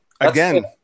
Again